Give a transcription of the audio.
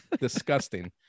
disgusting